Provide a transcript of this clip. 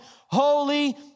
holy